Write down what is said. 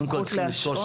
קודם כל צריכים לזכור,